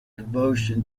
devotion